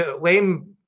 lame